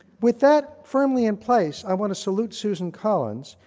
with that firmly in place, i want to salute susan collins,